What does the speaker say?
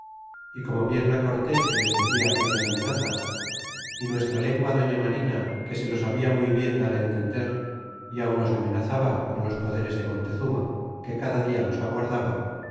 y como viéron cortés que les decia aquellas amenazas y nuestra lengua doña marina que se lo sabia muy bien dar entender y aun los amenazaba con los poderes de montezuma que cada dia los aguardaba